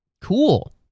Cool